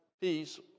peace